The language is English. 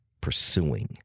pursuing